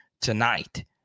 tonight